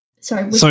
sorry